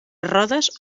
rodes